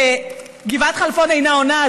בגבעת חלפון אינה עונה,